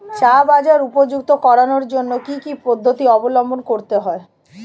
চা বাজার উপযুক্ত করানোর জন্য কি কি পদ্ধতি অবলম্বন করতে হয়?